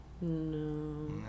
No